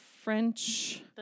French